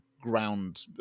ground